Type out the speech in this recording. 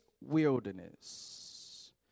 wilderness